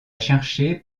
chercher